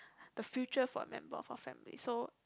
the future for the member of our family so